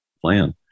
plan